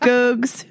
Googs